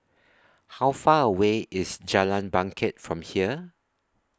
How Far away IS Jalan Bangket from here